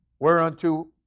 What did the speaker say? whereunto